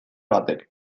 batek